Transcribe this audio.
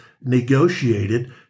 negotiated